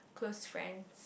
close friends